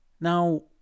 Now